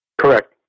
Correct